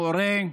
המורה,